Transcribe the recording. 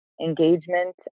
engagement